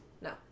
No